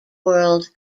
world